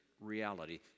reality